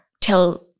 tell